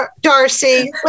Darcy